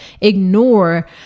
ignore